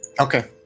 Okay